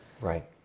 Right